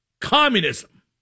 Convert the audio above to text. communism